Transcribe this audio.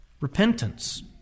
repentance